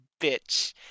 bitch